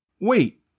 Wait